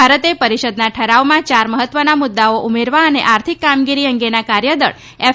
ભારતે પરિષદના ઠરાવમાં ચાર મહત્વના મુદ્દાઓ ઉમેરવા અને આર્થિક કામગીરી અંગેના કાર્યદળ એફ